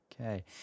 Okay